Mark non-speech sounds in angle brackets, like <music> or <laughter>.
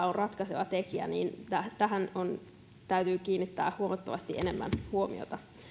<unintelligible> on ratkaiseva tekijä tähän tähän täytyy kiinnittää huomattavasti enemmän huomiota